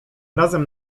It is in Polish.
razem